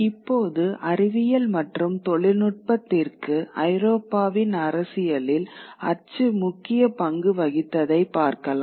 இப்போது அறிவியல் மற்றும் தொழில்நுட்பத்திற்கு ஐரோப்பாவின் அரசியலில் அச்சு முக்கிய பங்கு வகித்ததைப் பார்க்கலாம்